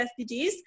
SDGs